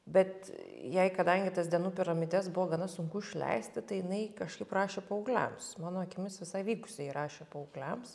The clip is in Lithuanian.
bet jei kadangi tas dienų piramides buvo gana sunku išleisti tai jinai kažkaip rašė paaugliams mano akimis visai vykusiai rašė paaugliams